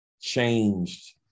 changed